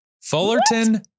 Fullerton